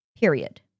period